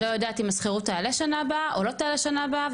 ואת לא יודעת אם השכירות תעלה בשנה הבאה או לא תעלה בשנה הבאה.